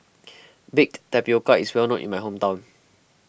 Baked Tapioca is well known in my hometown